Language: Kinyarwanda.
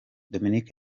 dominic